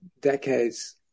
decades